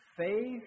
Faith